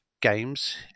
games